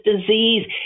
disease